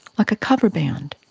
like a cover band,